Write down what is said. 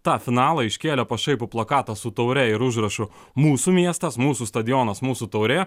tą finalą iškėlė pašaipų plakatą su taure ir užrašu mūsų miestas mūsų stadionas mūsų taurė